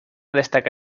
destaca